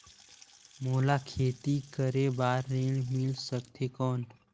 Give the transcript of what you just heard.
मोला खेती करे बार ऋण मिल सकथे कौन?